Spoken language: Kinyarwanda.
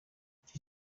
iki